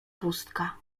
pustka